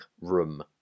room